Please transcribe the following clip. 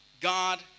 God